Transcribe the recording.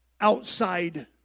outside